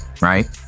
right